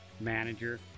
manager